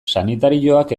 sanitarioak